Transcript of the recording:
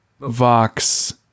Vox